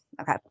Okay